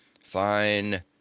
Fine